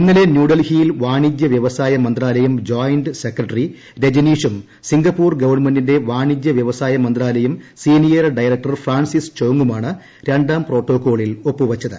ഇന്നലെ ന്യൂഡൽഹിയിൽ വാണിജ്യ വ്യവസായ മന്ത്രാലയം ജോയിന്റ് സെക്രട്ടറി രജനീഷും സ്പിംഗ്പ്പൂർ ഗവൺമെന്റിന്റെ വാണിജ്യ വൃവസായ മന്ത്രാലയം സിനിയർ ഡിയറക്ടർ ഫ്രാൻസിസ് ചോംങുമാണ് രണ്ടാം പ്രോട്ടോക്കോളിൽ ഒപ്പു വച്ചത്